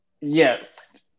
yes